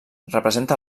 representa